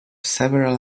several